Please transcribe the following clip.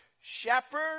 Shepherd